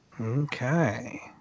Okay